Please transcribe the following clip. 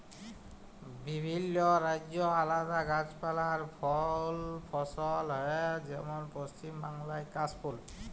বিভিল্য রাজ্যে আলাদা গাছপালা আর ফুল ফসল হ্যয় যেমল পশ্চিম বাংলায় কাশ ফুল